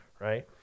right